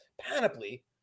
panoply